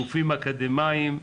גופים אקדמאים,